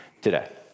today